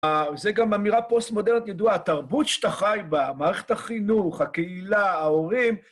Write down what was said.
וזו גם אמירה פוסט-מודרנית ידועה, התרבות שאתה חי בה, מערכת החינוך, הקהילה, ההורים.